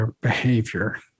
behavior